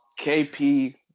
KP